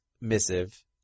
missive